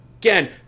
Again